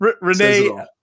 Renee